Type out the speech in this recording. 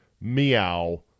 Meow